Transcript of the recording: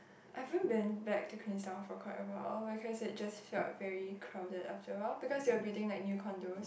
I haven't been back to Queenstown for quite awhile because it just felt very crowded after awhile because they are building like new Condos